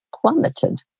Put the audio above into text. plummeted